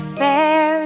fair